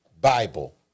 bible